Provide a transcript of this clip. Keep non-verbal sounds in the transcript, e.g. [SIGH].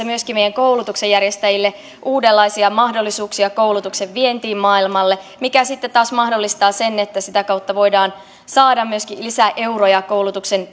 [UNINTELLIGIBLE] myöskin meidän koulutuksenjärjestäjillemme uudenlaisia mahdollisuuksia koulutuksen vientiin maailmalle mikä sitten taas mahdollistaa sen että sitä kautta voidaan saada myöskin lisäeuroja koulutuksen [UNINTELLIGIBLE]